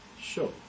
Sure